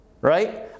right